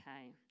Okay